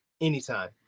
Anytime